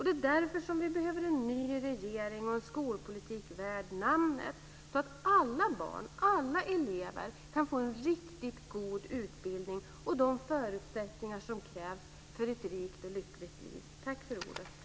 Det är därför som vi behöver en ny regering och en skolpolitik värd namnet, så att alla elever kan få en riktigt god utbildning och de förutsättningar som krävs för ett rikt och lyckligt liv.